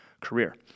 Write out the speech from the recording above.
career